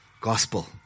gospel